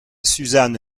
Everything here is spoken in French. suzanne